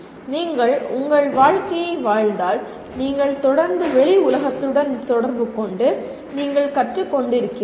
நீங்கள் உங்கள் வாழ்க்கையை வாழ்ந்தால் நீங்கள் தொடர்ந்து வெளி உலகத்துடன் தொடர்புகொண்டு நீங்கள் கற்றுக் கொண்டிருக்கிறீர்கள்